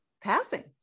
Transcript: Passing